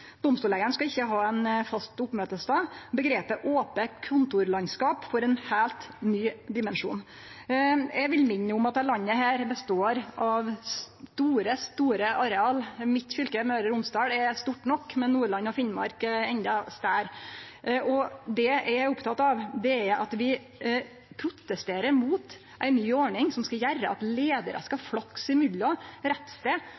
skal ikkje ha ein fast oppmøtestad. Omgrepet «ope kontorlandskap» får ein heilt ny dimensjon. Eg vil minne om at dette landet består av store, store areal. Mitt fylke, Møre og Romsdal, er stort nok, men Nordland og Finnmark er endå større. Det eg er oppteken av, er at vi protesterer mot ei ny ordning som gjer at leiarar skal